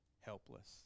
helpless